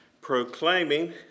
proclaiming